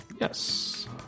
yes